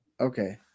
okay